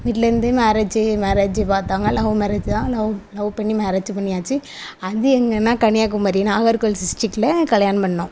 வீட்டில இருந்து marriage marriage பார்த்தாங்க லவ் மேரேஜ் தான் லவ் லவ் பண்ணி மேரேஜ்ஜூ பண்ணியாச்சு அது எங்கேனா கன்னியாகுமரி நாகர்கோவில் டிஸ்ட்ரிக்டில் கல்யாணம் பண்ணிணோம்